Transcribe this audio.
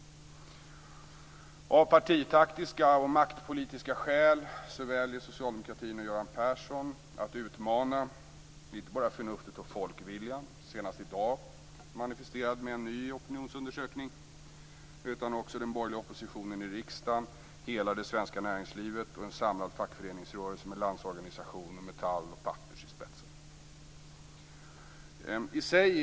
Av partitaktiska och maktpolitiska skäl väljer socialdemokratin och Göran Persson att utmana inte bara förnuftet och folkviljan, senast i dag manifesterad med en ny opinionsundersökning, utan också den borgerliga oppositionen i riksdagen, hela det svenska näringslivet och en samlad fackföreningsrörelse med Detta är anmärkningsvärt i sig.